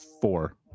Four